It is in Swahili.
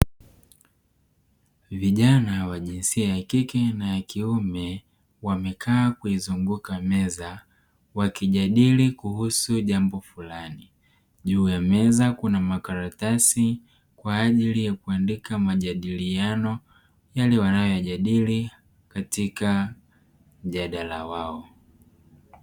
Vijana wa jinsia ya kike na ya kiume wamekaa kuizunguka meza wakijadili kuhusu fulani, juu ya meza kuna makaratasi kwa ajili ya kuandika majadiliano yale wanayojadili katika mjadala wao.